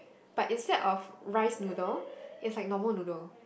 but instead of rice noodle it's like normal noodle